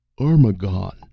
Armagon